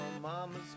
mama's